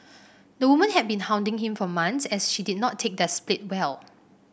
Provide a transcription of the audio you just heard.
the woman had been hounding him for months as she did not take their split well